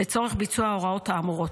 לצורך ביצוע ההוראות האמורות.